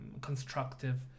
constructive